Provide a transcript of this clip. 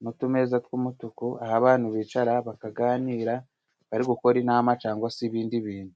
n'utumeza tw'umutuku, aho abantu bicara bakaganira bari gukora inama cyangwa se ibindi bintu.